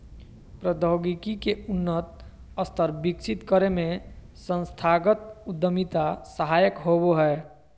प्रौद्योगिकी के उन्नत स्तर विकसित करे में संस्थागत उद्यमिता सहायक होबो हय